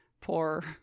poor